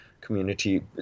community